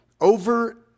over